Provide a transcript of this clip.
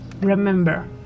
Remember